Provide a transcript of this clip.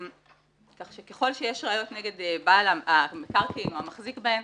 ככל שיש ראיות נגד בעל המקרקעין או המחזיק בהן,